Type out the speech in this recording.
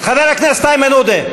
חבר הכנסת איימן עודה.